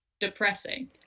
Depressing